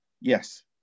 Yes